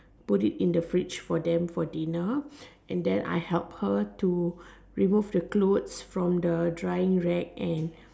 put it in the fridge for them for dinner and then I help her to remove the clothes from the drying rack and